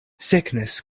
sickness